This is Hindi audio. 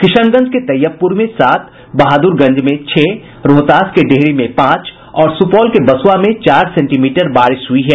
किशनगंज के तैयबपुर में सात बहादुरगंज में छह रोहतास के डेहरी में पांच और सुपौल के बसुआ में चार सेंटीमीटर बारिश हुई है